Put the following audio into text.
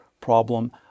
problem